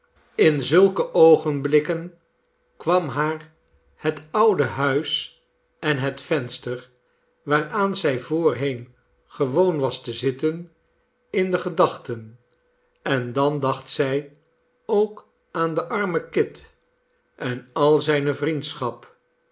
in zulke oogenblikken kwam haar het oude huis en het venster waaraan zij voorheen gewoon was te zitten in de gedachten en dan dacht zij ook aan den armen kit en al zijne vriendschap